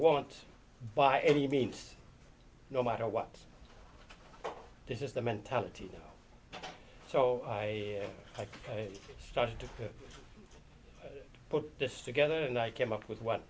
want by any means no matter what this is the mentality so i started to put this together and i came up with what